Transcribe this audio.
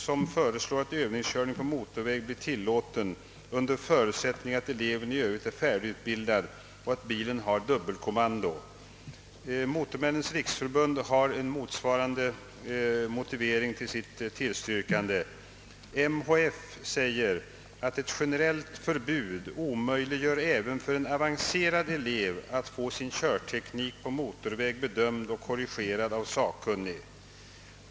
NTF föreslår att övningskörning på motorväg skall tillåtas under förutsättning att eleven i övrigt är färdigutbildad och bilen har dubbetkommando. Motormännens riksförbund framhåller att ett generellt förbud omöjliggör även för en avancerad elev att få sin körteknik på motorväg bedömd och korrigerad av sakkunnig.